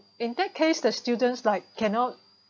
in that case the students like cannot